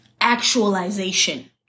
actualization